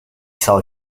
zal